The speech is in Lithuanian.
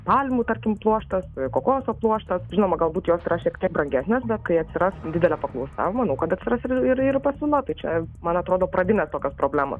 palmių tarkim pluoštas kokoso pluoštas žinoma galbūt jos yra šiek tiek brangesnės bet kai atsiras didelė paklausa manau kad atsiras ir ir ir pasiūla tai čia man atrodo pradinės tokios problemos